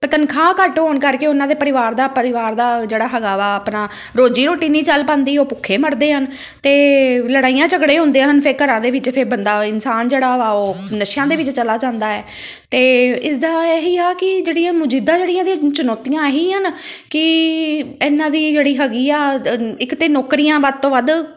ਤਨਖਾਹ ਘੱਟ ਹੋਣ ਕਰਕੇ ਉਹਨਾਂ ਦੇ ਪਰਿਵਾਰ ਦਾ ਪਰਿਵਾਰ ਦਾ ਜਿਹੜਾ ਹੈਗਾ ਵਾ ਆਪਣਾ ਰੋਜ਼ੀ ਰੋਟੀ ਨਹੀਂ ਚੱਲ ਪਾਉਂਦੀ ਉਹ ਭੁੱਖੇ ਮਰਦੇ ਹਨ ਅਤੇ ਲੜਾਈਆਂ ਝਗੜੇ ਹੁੰਦੇ ਹਨ ਫਿਰ ਘਰਾਂ ਦੇ ਵਿੱਚ ਫਿਰ ਬੰਦਾ ਇਨਸਾਨ ਜਿਹੜਾ ਵਾ ਉਹ ਨਸ਼ਿਆਂ ਦੇ ਵਿੱਚ ਚਲਾ ਜਾਂਦਾ ਹੈ ਅਤੇ ਇਸਦਾ ਇਹੀ ਆ ਕਿ ਜਿਹੜੀ ਮੌਜੂਦਾ ਜਿਹੜੀਆਂ ਇਹਦੀਆਂ ਚੁਣੌਤੀਆਂ ਇਹੀ ਹਨ ਕਿ ਇਹਨਾਂ ਦੀ ਜਿਹੜੀ ਹੈਗੀ ਆ ਇੱਕ ਤਾਂ ਨੌਕਰੀਆਂ ਵੱਧ ਤੋਂ ਵੱਧ